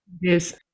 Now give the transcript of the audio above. Yes